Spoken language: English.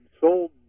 sold